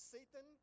Satan